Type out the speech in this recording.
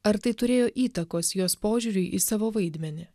ar tai turėjo įtakos jos požiūriui į savo vaidmenį